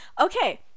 okay